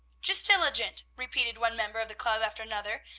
jist illigant! repeated one member of the club after another,